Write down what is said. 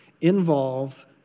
involves